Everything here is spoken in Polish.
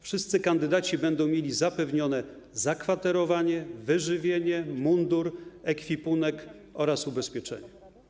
Wszyscy kandydaci będą mieli zapewnione zakwaterowanie, wyżywienie, mundur, ekwipunek oraz ubezpieczenie.